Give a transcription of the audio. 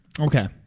Okay